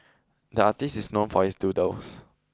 the artist is known for his doodles